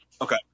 Okay